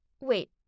Wait